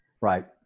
Right